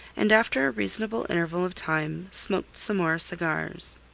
and after a reasonable interval of time smoked some more cigars.